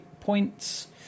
points